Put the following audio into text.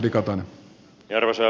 arvoisa puhemies